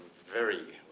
very,